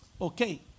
Okay